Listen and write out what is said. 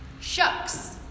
Shucks